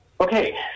Okay